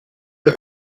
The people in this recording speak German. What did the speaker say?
für